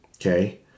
Okay